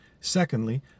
secondly